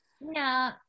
No